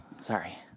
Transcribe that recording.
Sorry